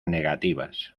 negativas